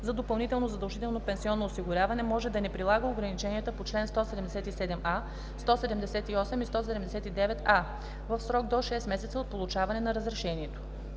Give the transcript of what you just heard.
за допълнително задължително пенсионно осигуряване, може да не прилага ограниченията по чл. 177а, 178 и 179а в срок до 6 месеца от получаването на разрешението.